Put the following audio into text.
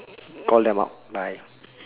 call them up bye